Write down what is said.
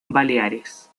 baleares